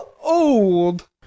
old